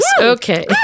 Okay